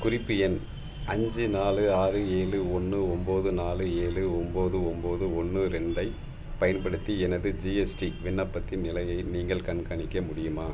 குறிப்பு எண் அஞ்சு நாலு ஆறு ஏழு ஒன்று ஒம்பது நாலு ஏழு ஒம்பது ஒம்பது ஒன்று ரெண்டைப் பயன்படுத்தி எனது ஜிஎஸ்டி விண்ணப்பத்தின் நிலையை நீங்கள் கண்காணிக்க முடியுமா